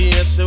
Yes